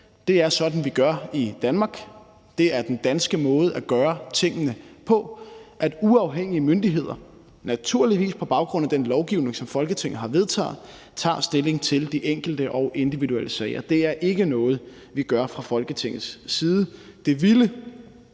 Det er sådan, vi gør i Danmark. Det er den danske måde at gøre tingene på. Naturligvis på baggrund af den lovgivning, som Folketinget har vedtaget, tager uafhængige myndigheder stilling til de enkelte og individuelle sager. Det er ikke noget, vi gør fra Folketingets side.